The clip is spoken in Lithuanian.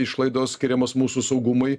išlaidos skiriamos mūsų saugumui